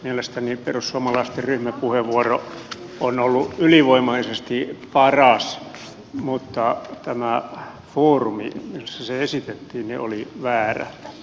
mielestäni perussuomalaisten ryhmäpuheenvuoro on ollut ylivoimaisesti paras mutta tämä foorumi missä se esitettiin oli väärä